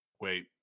Wait